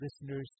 listeners